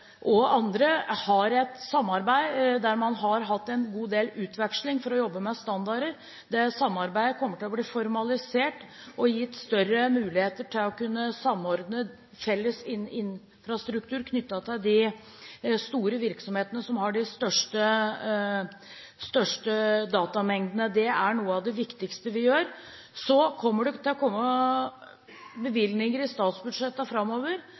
og andre, har et samarbeid der man har hatt en god del utveksling for å jobbe med standarder der samarbeidet kommer til å bli formalisert og gitt større muligheter til å kunne samordne felles infrastruktur knyttet til de store virksomhetene som har de største datamengdene. Det er noe av det viktigste vi gjør. Så vil det komme bevilgninger i statsbudsjettene framover.